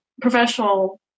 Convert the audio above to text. professional